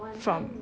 from